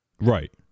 Right